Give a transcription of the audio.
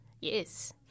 yes